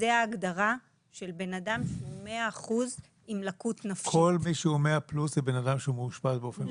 זוהי ההגדרה של בן אדם שהוא עם לקות נפשית של 100%. כל מי שהוא 100+ הוא בן אדם שמאושפז באופן קבוע?